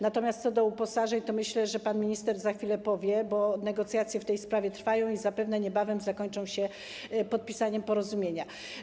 Natomiast jeśli chodzi o uposażenia, to myślę, że pan minister za chwilę o tym powie, bo negocjacje w tej sprawie trwają i zapewne niebawem zakończą się podpisaniem porozumienia.